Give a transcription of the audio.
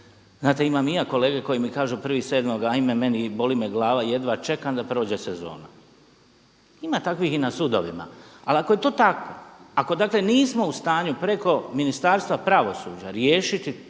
znate imam i ja kolege koji mi kažu 1.7. ajme meni boli me glava jedva čekam da prođe sezona. Ima takvih i na sudovima. Ali kao je tako, ako dakle nismo u stanju preko Ministarstva pravosuđa riješiti